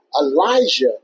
Elijah